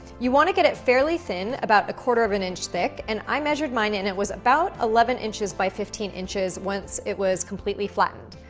you wanna get it fairly thin, about a quarter of an inch thick, and i measured mine and it was about eleven inches by fifteen inches once it was completely flattened.